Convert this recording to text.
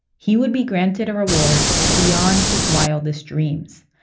he would be granted a reward beyond his wildest dreams.